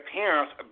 parents